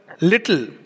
little